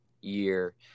year